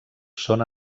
són